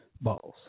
balls